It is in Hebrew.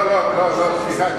לא, לא, סליחה.